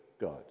God